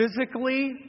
physically